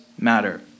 matter